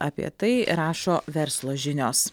apie tai rašo verslo žinios